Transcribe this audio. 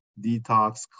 detox